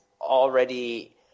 already